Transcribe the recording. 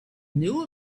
knew